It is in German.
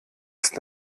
ist